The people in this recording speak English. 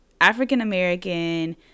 African-American